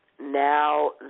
now